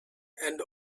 and